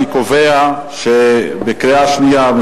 אני קובע שבקריאה שנייה,